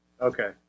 Okay